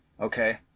Okay